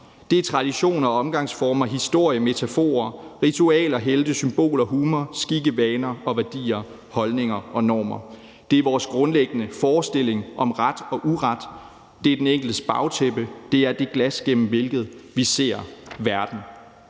Det er traditioner, omgangsformer, historie, metaforer, ritualer, helte, symboler, humor, skikke, vaner, værdier, holdninger og normer. Det er vores grundlæggende forestilling om ret og uret. Det er den enkeltes bagtæppe. Det er det glas, gennem hvilket vi ser verden.